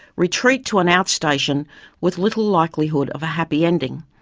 retreat to an outstation with little likelihood of a happy ending.